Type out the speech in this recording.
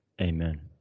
Amen